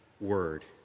Word